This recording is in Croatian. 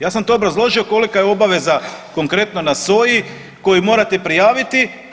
Ja sam to obrazložio kolika je obaveza konkretno na soji koju morate prijaviti.